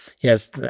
Yes